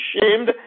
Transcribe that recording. shamed